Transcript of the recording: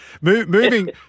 Moving